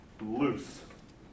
loose